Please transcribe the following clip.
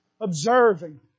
observing